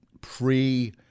pre